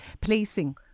placing